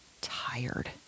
tired